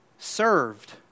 served